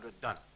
Done